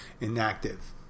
inactive